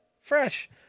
fresh